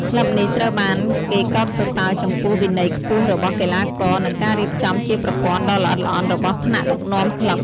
ក្លឹបនេះត្រូវបានគេកោតសរសើរចំពោះវិន័យខ្ពស់របស់កីឡាករ និងការរៀបចំជាប្រព័ន្ធដ៏ល្អិតល្អន់របស់ថ្នាក់ដឹកនាំក្លឹប។